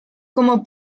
como